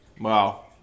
Wow